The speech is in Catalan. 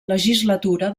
legislatura